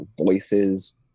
voices